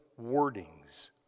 wordings